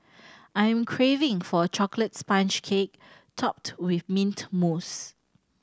I'm craving for a chocolate sponge cake topped with mint mousse